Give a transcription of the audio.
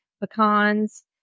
pecans